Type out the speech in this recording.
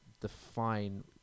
define